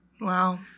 Wow